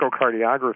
echocardiography